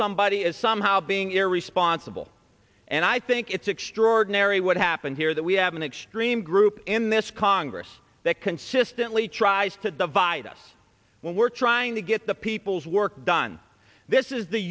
somebody is somehow being irresponsible and i think it's a for narry what happened here that we have an extreme group in this congress that consistently tries to divide us when we're trying to get the people's work done this is the